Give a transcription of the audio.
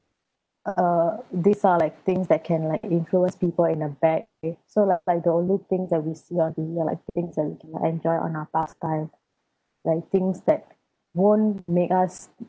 uh these are like things that can like influence people in a bad way so now like the only things that we see on T_V are like things that we can like enjoy on our past time like things that won't make us